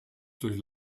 durch